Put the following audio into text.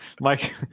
Mike